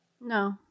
No